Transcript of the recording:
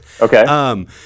Okay